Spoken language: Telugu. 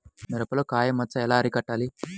మిరపలో కాయ మచ్చ ఎలా అరికట్టాలి?